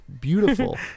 beautiful